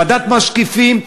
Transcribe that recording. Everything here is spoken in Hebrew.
ועדת משקיפים,